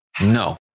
no